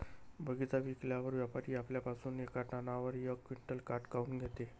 बगीचा विकल्यावर व्यापारी आपल्या पासुन येका टनावर यक क्विंटल काट काऊन घेते?